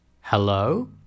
hello